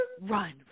run